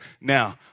Now